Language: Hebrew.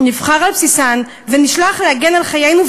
נבחר על בסיסן ונשלח להגן על חיינו,